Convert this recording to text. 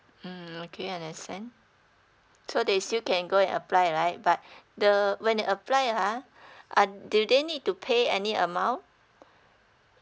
mmhmm okay understand so they still can go and apply right but the when they apply ah uh do they need to pay any amount